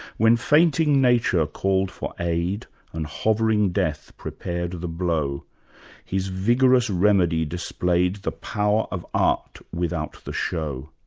when fainting nature called for aid and hovering death prepared the blow his vigorous remedy displayed the power of art without the show.